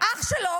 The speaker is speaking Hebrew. אח שלו,